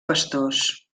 pastors